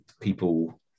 people